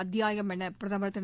அத்தியாயம் என பிரதமர் திரு